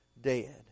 dead